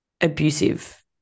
abusive